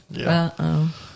Uh-oh